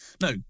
no